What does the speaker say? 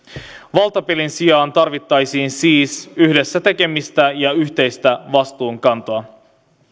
valtapelin sijaan tarvittaisiin siis yhdessä tekemistä ja yhteistä vastuunkantoa